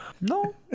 No